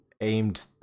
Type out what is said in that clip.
aimed